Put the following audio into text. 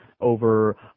over